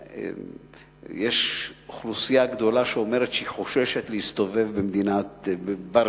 שיש אוכלוסייה גדולה שאומרת שהיא חוששת להסתובב ברחוב.